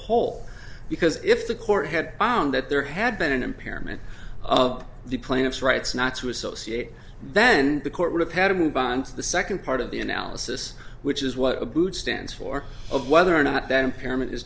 whole because if the court had found that there had been an impairment of the plaintiff's rights not to associate then the court would have had to move on to the second part of the analysis which is what stands for of whether or not that impairment is